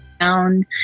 down